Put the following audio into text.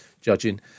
judging